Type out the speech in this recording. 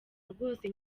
rwose